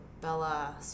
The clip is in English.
Bella